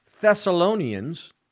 Thessalonians